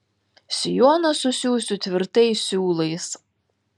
sijoną susiųsiu tvirtais siūlais